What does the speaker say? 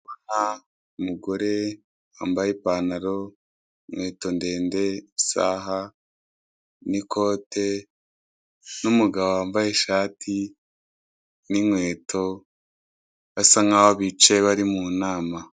Umugore wambaye ipantaro, ikweto ndende, isaha n'ikote n'umugabo wambaye ishati n'ikweto basankaho bicaye bari munama.